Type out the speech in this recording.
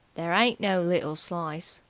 there ain't no little slice,